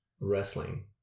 wrestling